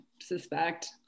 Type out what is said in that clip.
suspect